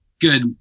good